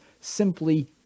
simply